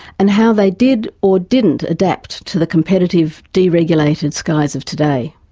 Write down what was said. and how they did or didn't adapt to the competitive, deregulated, skies of today.